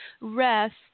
rest